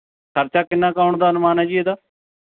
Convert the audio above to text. ਖਰਚਾ ਕਿੰਨਾਂ ਕੁ ਆਉਣ ਦਾ ਅਨੁਮਾਨ ਹੈ ਜੀ ਇਹਦਾ